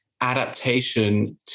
adaptation